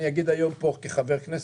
אני אגיד היום כחבר כנסת,